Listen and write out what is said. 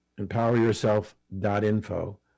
EmpowerYourself.info